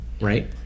right